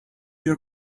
your